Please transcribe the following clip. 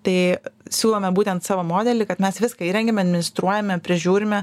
tai siūlome būtent savo modelį kad mes viską įrengiame administruojame prižiūrime